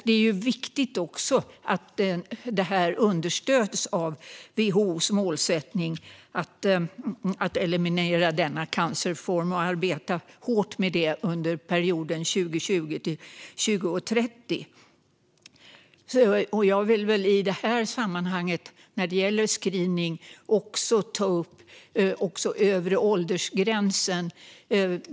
Det är också viktigt att detta understöds av WHO:s målsättning att eliminera denna cancerform och arbeta hårt med det under perioden 2020-2030. Jag vill i detta sammanhang, när det gäller screening, också ta upp den övre åldersgränsen.